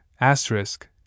asterisk